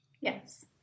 yes